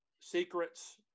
Secrets